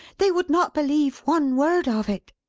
they would not believe one word of it!